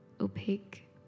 opaque